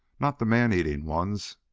not the man-eating ones?